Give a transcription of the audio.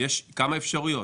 יש כמה אפשרויות.